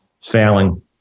Failing